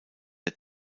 der